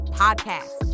podcast